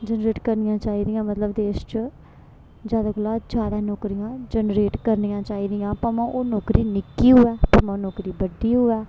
generate करनियां चाहिदियां मतलब देश च ज्यादा कोला ज्यादा नौकरियां जनरेट करनियां चाहिदियां भमां ओह् नौकरी निक्की होऐ भामां ओह् नौकरी बड्डी होऐ